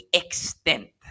extent